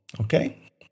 okay